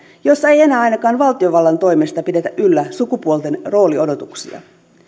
jossa ei enää ainakaan valtiovallan toimesta pidetä yllä sukupuolten rooliodotuksia